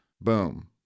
boom